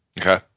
Okay